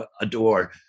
adore